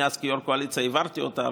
אני אז כיו"ר קואליציה העברתי אותה,